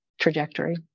trajectory